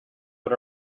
but